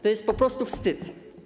To jest po prostu wstyd.